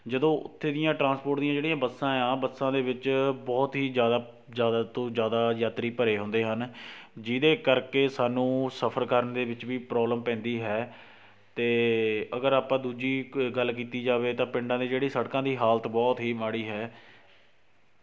ਜਦੋਂ ਉੱਥੇ ਦੀਆਂ ਟਰਾਂਸਪੋਰਟ ਦੀਆਂ ਜਿਹੜੀਆਂ ਬੱਸਾਂ ਏ ਆ ਬੱਸਾਂ ਦੇ ਵਿੱਚ ਬਹੁਤ ਹੀ ਜ਼ਿਆਦਾ ਜ਼ਿਆਦਾ ਤੋਂ ਜ਼ਿਆਦਾ ਯਾਤਰੀ ਭਰੇ ਹੁੰਦੇ ਹਨ ਜਿਹਦੇ ਕਰਕੇ ਸਾਨੂੰ ਸਫਰ ਕਰਨ ਦੇ ਵਿੱਚ ਵੀ ਪ੍ਰੋਬਲਮ ਪੈਂਦੀ ਹੈ ਅਤੇ ਅਗਰ ਆਪਾਂ ਦੂਜੀ ਕ ਗੱਲ ਕੀਤੀ ਜਾਵੇ ਤਾਂ ਪਿੰਡਾਂ ਦੀ ਜਿਹੜੀ ਸੜਕਾਂ ਦੀ ਹਾਲਤ ਬਹੁਤ ਹੀ ਮਾੜੀ ਹੈ